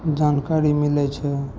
जानकारी मिलै छै